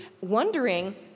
wondering